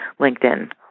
LinkedIn